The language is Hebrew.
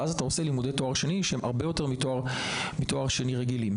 ואז אתה עושה תואר שני שהוא הרבה יותר קשה מתואר שני רגיל.